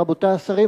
רבותי השרים,